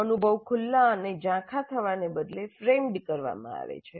અનુભવ ખુલ્લા અને ઝાંખાં થવાને બદલે 'ફ્રેમ્ડ' કરવામાં આવે છે